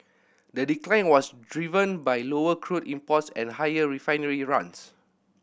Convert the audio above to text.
the decline was driven by lower crude imports and higher refinery runs